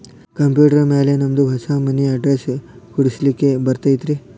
Computer ಮ್ಯಾಲೆ ನಮ್ದು ಹೊಸಾ ಮನಿ ಅಡ್ರೆಸ್ ಕುಡ್ಸ್ಲಿಕ್ಕೆ ಬರತೈತ್ರಿ?